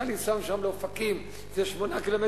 יצא לי לנסוע משם לאופקים, זה 8 ק"מ.